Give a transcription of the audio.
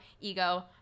ego